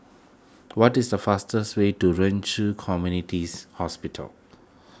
what is the fastest way to Ren Ci Communities Hospital